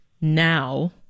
now